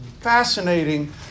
fascinating